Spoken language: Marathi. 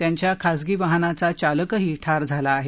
त्यांच्या खासगी वाहनाचा चालकही ठार झाला आहे